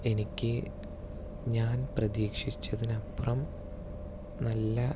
എനിക്ക് ഞാൻ പ്രതീക്ഷിച്ചതിനും അപ്പുറം നല്ല